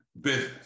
business